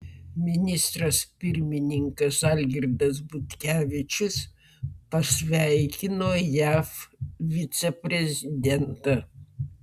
ministras pirmininkas algirdas butkevičius pasveikino jav viceprezidentą